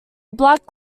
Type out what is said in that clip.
black